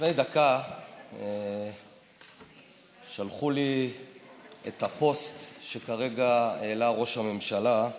לפני דקה שלחו לי את הפוסט שכרגע העלה ראש הממשלה.